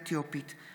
התשפ"ב 2021,